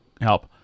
help